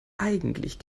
eigentlich